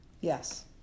Yes